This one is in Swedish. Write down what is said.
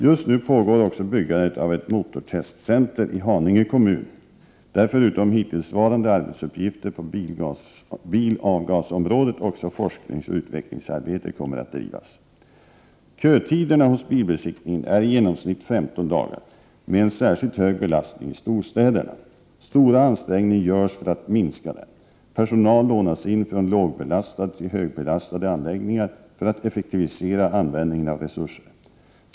Just nu pågår också byggandet av ett motortestcenter i Haninge kommun, där förutom hittillsvarande arbetsuppgifter på bilavgasområdet också forskningsoch utvecklingsarbete kommer att drivas. Kötiderna hos bilbesiktningen är i genomsnitt 15 dagar med en särskilt hög belastning i storstäderna. Stora ansträngningar görs för att minska den. Personal lånas in från lågbelastade till högbelastade anläggningar för att effektivisera användningen av resurser.